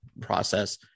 process